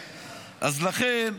לכן,